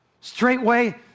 Straightway